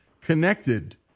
connected